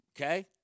okay